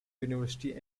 university